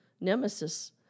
nemesis